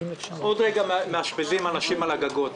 עוד רגע מאשפזים אנשים על הגגות.